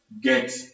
get